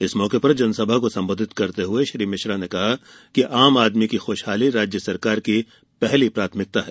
इस मौके पर जनसभा को संबोधित करते हुए श्री मिश्र ने कहा कि आम आदमी की खूशहाली राज्य सरकार की पहली प्राथमिकता है